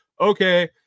okay